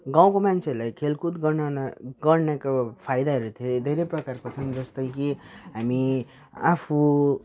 गाउँको मान्छेहरूलाई खेलकुद गर्न गर्नको फाइदाहरू धेरै धेरै प्रकारको छन् जस्तो कि हामी आफू